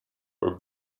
were